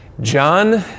John